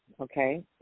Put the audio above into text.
okay